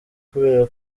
kubera